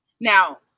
Now